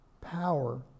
power